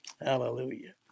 Hallelujah